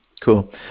Cool